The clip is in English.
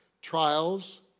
Trials